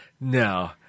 No